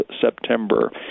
September